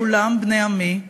כולם בני עמי,